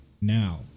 now